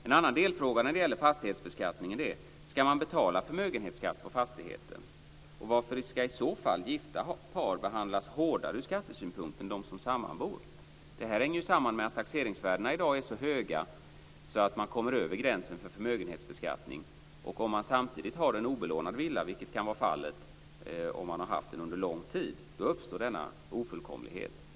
En annan delfråga när det gäller fastighetsbeskattningen är: Ska man betala förmögenhetsskatt på fastigheten? Varför ska i så fall gifta par behandlas hårdare ur skattesynpunkt än de som sammanbor? Det här hänger samman med att taxeringsvärdena i dag är så höga att man kommer över gränsen för förmögenhetsbeskattning. Om man samtidigt har en obelånad villa, vilket kan vara fallet om man har haft den under lång tid, uppstår denna ofullkomlighet.